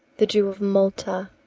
the jew of malta,